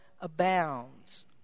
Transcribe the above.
abounds